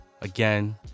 Again